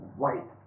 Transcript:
white